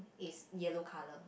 is yellow colour